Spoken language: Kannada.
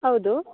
ಹೌದು